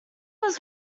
was